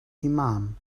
imam